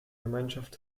gemeinschaft